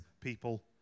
people